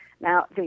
Now